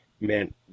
meant